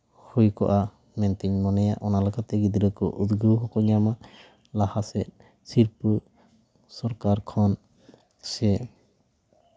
ᱦᱩᱭ ᱠᱚᱜᱼᱟ ᱢᱮᱱᱛᱮᱧ ᱢᱚᱱᱮᱭᱟ ᱚᱱᱟ ᱞᱮᱠᱟᱛᱮ ᱜᱤᱫᱽᱨᱟᱹ ᱠᱚ ᱩᱫᱽᱜᱟᱹᱣ ᱦᱚᱸᱠᱚ ᱧᱟᱢᱟ ᱞᱟᱦᱟ ᱥᱮᱫ ᱥᱤᱨᱯᱟᱹ ᱥᱚᱨᱠᱟᱨ ᱠᱷᱚᱱ ᱥᱮ